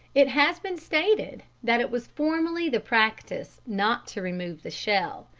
it has been stated that it was formerly the practice not to remove the shell.